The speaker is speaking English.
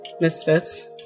misfits